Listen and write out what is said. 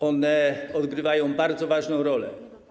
One odgrywają bardzo ważną rolę.